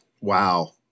wow